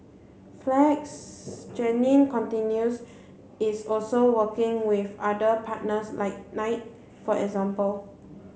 flex Jeannine continues is also working with other partners like Nike for example